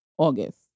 august